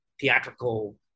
theatrical